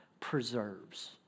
preserves